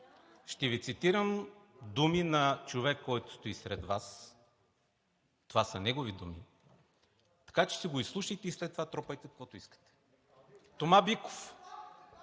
ще Ви цитирам думите на човека, който стои сред Вас. Това са негови думи, така че го изслушайте и след това тропайте и каквото искате – Тома Биков: